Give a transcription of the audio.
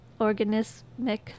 organismic